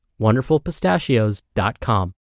wonderfulpistachios.com